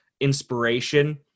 inspiration